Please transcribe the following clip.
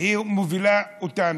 היא מובילה אותנו?